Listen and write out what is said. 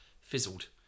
fizzled